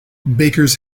bakers